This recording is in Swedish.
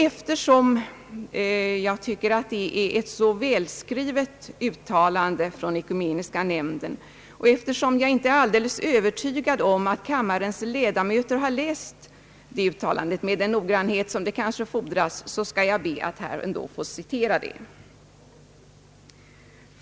Eftersom jag tycker att Ekumeniska nämndens uttalande är så välskrivet och eftersom jag inte är alldeles övertygad om att kammarens ledamöter har läst uttalandet med den noggrannhet som kanske fordras, ber jag att här få citera det.